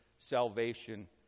salvation